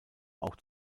auch